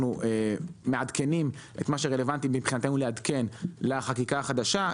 אנחנו מעדכנים את מה שרלוונטי מבחינתנו לעדכן לחקיקה החדשה.